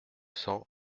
cents